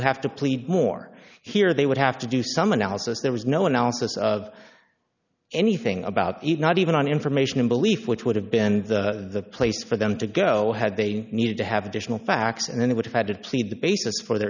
have to plead more here they would have to do some analysis there was no analysis of anything about it not even on information belief which would have been the place for them to go had they needed to have additional facts and then they would have had to plead the basis for their